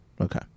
Okay